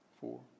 four